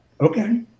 Okay